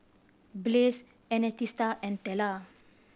Blaze Ernestina and Tella